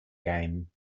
game